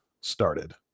started